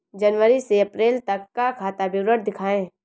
जनवरी से अप्रैल तक का खाता विवरण दिखाए?